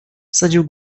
wsadził